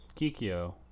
Kikyo